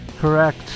Correct